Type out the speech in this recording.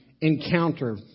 encounter